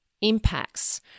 impacts